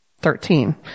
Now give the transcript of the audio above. thirteen